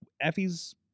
effie's